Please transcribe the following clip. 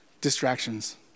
distractions